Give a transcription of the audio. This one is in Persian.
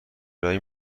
ارائه